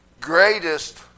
greatest